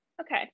Okay